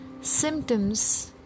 Symptoms